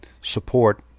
support